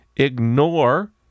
ignore